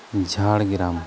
Jhargram